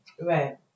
Right